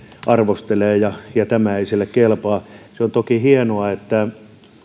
arvostelee ja ja tämä ei sille kelpaa se on toki hienoa että